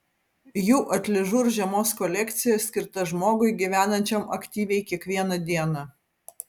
jų atližur žiemos kolekcija skirta žmogui gyvenančiam aktyviai kiekvieną dieną